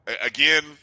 again